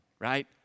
right